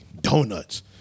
Donuts